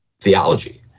theology